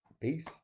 Peace